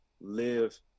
live